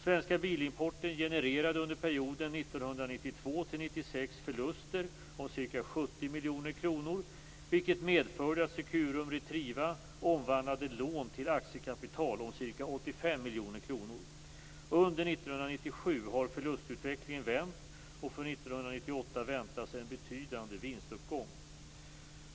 Svenska Bilimporten genererade under perioden 1992-1996 förluster om ca 70 miljoner kronor, vilket medförde att Securum/Retriva omvandlade lån till aktiekapital om ca 85 miljoner kronor. Under 1997 har förlustutvecklingen vänt, och för 1998 väntas en betydande vinstuppgång.